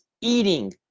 eating